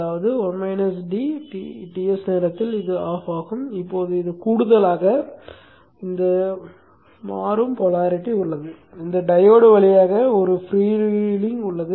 அதாவது Ts நேரத்தில் இது முடக்கப்பட்டுள்ளது இப்போது இது கூடுதலாக மாறும் போலாரிட்டி உள்ளது இந்த டையோடு வழியாக ஒரு ஃப்ரீவீலிங் உள்ளது